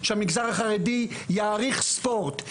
שהמגזר החרדי יעריך ספורט.